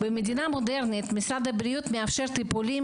במדינה מודרנית משרד הבריאות מאפשר טיפולים